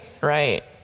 right